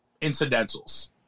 incidentals